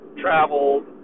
traveled